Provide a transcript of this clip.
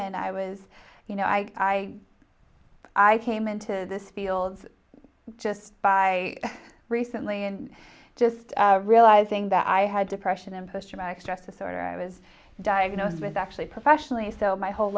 and i was you know i i came into this field just by recently and just realizing that i had depression and post traumatic stress disorder i was diagnosed with actually professionally so my whole